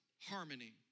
harmony